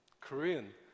korean